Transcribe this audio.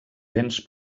béns